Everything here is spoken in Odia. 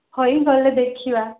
ହେଇଗଲେ ଦେଖିବା